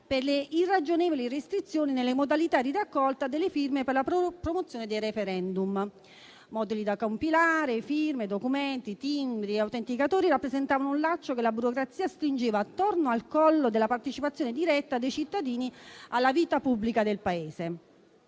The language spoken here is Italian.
per le irragionevoli restrizioni nelle modalità di raccolta delle firme per la promozione dei *referendum*: moduli da compilare, firme, documenti, timbri e autenticatori rappresentavano un laccio che la burocrazia stringeva attorno al collo della partecipazione diretta dei cittadini alla vita pubblica del Paese.